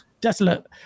desolate